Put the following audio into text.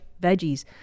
veggies